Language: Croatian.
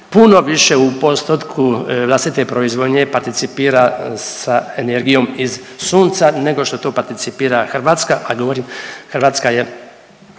puno više u postotku vlastite proizvodnje participira sa energijom iz sunca nego što to participira Hrvatska, a govorim Hrvatska je